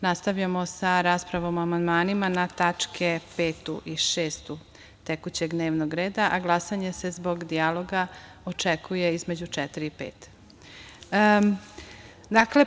Nastavljamo sa raspravom o amandmanima na tačke 5) i 6) tekućeg dnevnog reda, a glasanje se, zbog dijaloga, očekuje između 16.00 i 17.00.